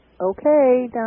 Okay